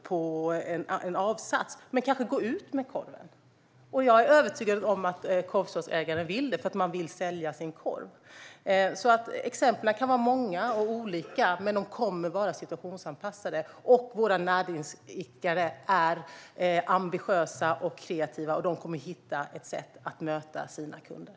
Men korvkioskägaren kanske kan gå ut med korven, och jag är övertygad om att man vill det, därför att man vill sälja sin korv. Exemplen kan vara många och olika, men de kommer att vara situationsanpassade. Våra näringsidkare är ambitiösa och kreativa och kommer att hitta ett sätt att möta sina kunder.